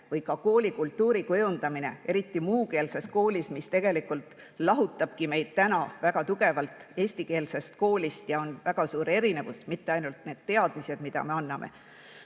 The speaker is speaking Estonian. või koolikultuuri kujundamine, eriti muukeelses koolis, mis tegelikult lahutabki meid väga tugevalt eestikeelsest koolist, ja siin on väga suuri erinevusi ja mitte ainult nendes teadmistes, mida me anname;